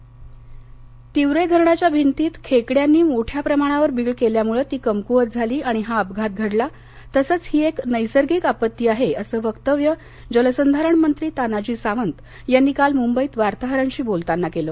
तिवरे दुर्घटना तिवरे धरणाच्या भिंतीत खेकड्यांनी मोठ्या प्रमाणावर बीळ केल्यामुळे ती कमकुवत झाली आणि हा अपघात घडला तसंच हि एक नैसर्गिक आपत्ती आहे असं वक्तव्य जलसंधारण मंत्री तानाजी सावंत यांनी काल मुंबईत वार्ताहरांशी बोलताना केलं